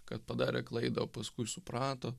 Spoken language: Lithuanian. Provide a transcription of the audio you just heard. kad padarė klaidą o paskui suprato